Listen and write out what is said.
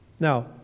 Now